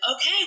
okay